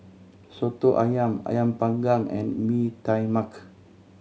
Soto Ayam Ayam Panggang and Mee Tai Mak